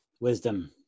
Wisdom